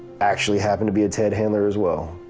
actually happened to be a tedd handler as well.